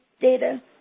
data